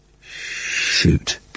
shoot